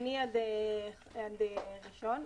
ההוראות של האמנה הן שני עד ראשון.